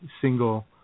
single